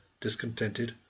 discontented